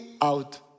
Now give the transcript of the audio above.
out